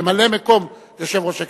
ממלא-מקום יושב-ראש הכנסת,